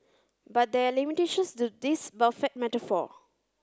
but there are limitations to this buffet metaphor